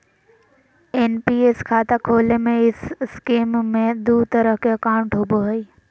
NPS खाता खोले में इस स्कीम में दू तरह के अकाउंट होबो हइ